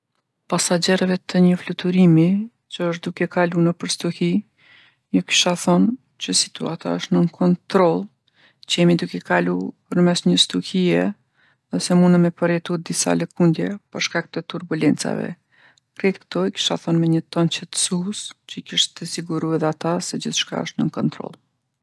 Pasagjerëve të një fluturimi që është duke kalu nëpër stuhi, ju kisha thon që situata është nën kontroll, që jemi duke kalu përmes një stuhije dhe se munëm me përjetu disa lëkundje për shkak të turbulencave. Krejt kto i kisha thon me nji ton qetsus që i kishte siguru edhe ata se gjithshka është nën kontrollë.